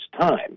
time